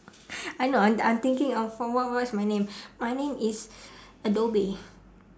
I know and I'm I'm thinking of for what what's my name my name is adobe